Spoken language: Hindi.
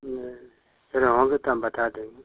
नहीं याने होगी तो हम बता देंगे